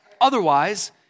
Otherwise